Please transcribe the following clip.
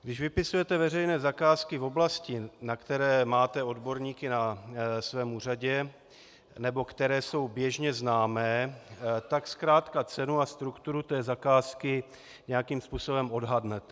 Když vypisujete veřejné zakázky v oblasti, na které máte odborníky na svém úřadě nebo které jsou běžně známé, tak zkrátka cenu a strukturu té zakázky nějakým způsobem odhadnete.